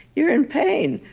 you're in pain.